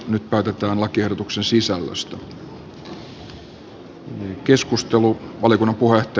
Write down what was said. nyt päätetään lakiehdotuksen sisällöstä